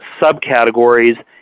subcategories